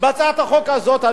בהצעת החוק הזאת,